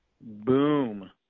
boom